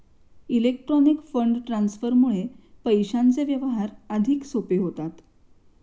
electronic fund ट्रान्सफरमुळे पैशांचे व्यवहार अधिक सोपे होतात